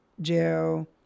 jail